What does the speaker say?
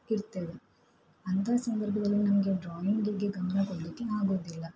ಇರ್ತೇವೆ ಅಂತಹ ಸಂದರ್ಭದಲ್ಲಿ ನಮಗೆ ಡ್ರಾಯಿಂಗಿಗೆ ಗಮನ ಕೊಡಲಿಕ್ಕೆ ಆಗುವುದಿಲ್ಲ